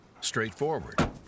straightforward